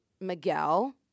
Miguel